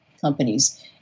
companies